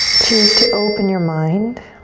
choose to open your mind